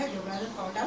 by dunearn road